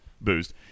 boost